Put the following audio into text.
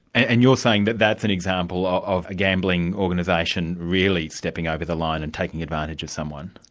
and you're saying that that's an example of a gambling organisation really stepping over the line and taking advantage of someone?